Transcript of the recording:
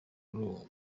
uyu